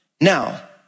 Now